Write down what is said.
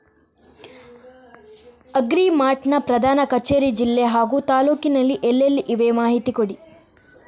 Agri mart ನ ಪ್ರಧಾನ ಕಚೇರಿ ಜಿಲ್ಲೆ ಹಾಗೂ ತಾಲೂಕಿನಲ್ಲಿ ಎಲ್ಲೆಲ್ಲಿ ಇವೆ ಮಾಹಿತಿ ಕೊಡಿ?